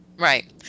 Right